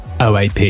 OAP